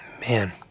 Man